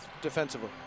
defensively